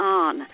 on